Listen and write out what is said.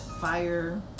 Fire